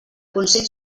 consell